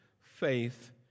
faith